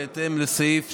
בהתאם לסעיף 31(ב)